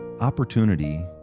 Opportunity